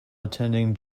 attending